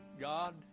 God